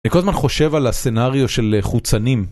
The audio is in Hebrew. אני כל הזמן חושב על הסצנריו של חוצנים.